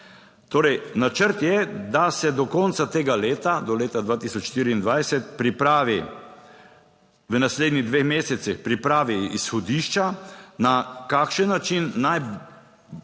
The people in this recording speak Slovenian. Torej, načrt je, da se do konca tega leta, do leta 2024 pripravi, v naslednjih dveh mesecih, pripravi izhodišča, na kakšen način naj,